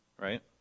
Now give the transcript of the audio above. right